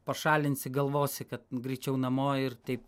pašalinsi galvosi kad graičiau namo ir tei